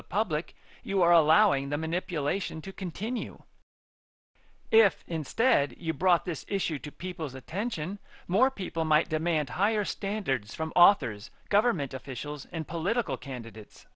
the public you are allowing the manipulation to continue if instead you brought this issue to people's attention more people might demand higher standards from authors government officials and political candidates